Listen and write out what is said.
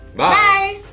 bye!